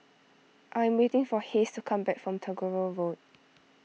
I am waiting for Hays to come back from Tagore Road